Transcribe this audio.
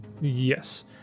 Yes